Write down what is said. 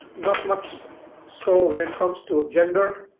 not much so when it comes to gender,